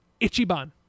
ichiban